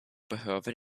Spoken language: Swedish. behöver